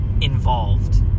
involved